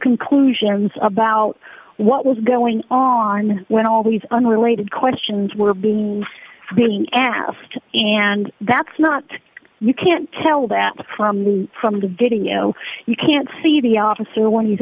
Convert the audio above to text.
conclusions about what was going on when all these unrelated questions were being being asked and that's not you can't tell that from the from the video you can't see the officer when he's